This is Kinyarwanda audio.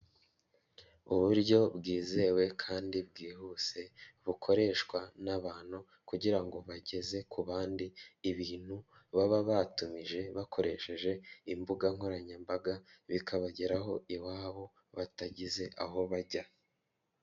Uburyo bwizewe kandi bwihuse bukoreshwa n'abantu kugira ngo bageze ku bandi ibintu baba batumije bakoresheje imbuga nkoranyambaga bikabageraho iwabo batagize aho bajya.